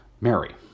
Mary